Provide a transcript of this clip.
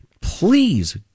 Please